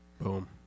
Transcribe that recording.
Boom